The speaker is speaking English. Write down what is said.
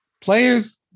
Players